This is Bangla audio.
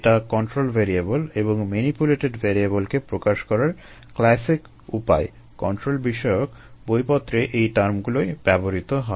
এটা কন্ট্রোল ভ্যারিয়েবল এবং ম্যানিপুুলেটেড ভ্যারিয়েবলকে প্রকাশ করার ক্ল্যাসিক উপায় কন্ট্রোল বিষয়ক বইপত্রে এই টার্মগুলোই ব্যবহৃত হয়